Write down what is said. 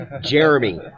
Jeremy